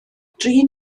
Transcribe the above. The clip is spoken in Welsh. dri